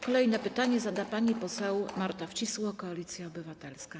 Kolejne pytanie zada pani poseł Marta Wcisło, Koalicja Obywatelska.